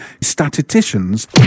Statisticians